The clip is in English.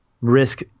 risk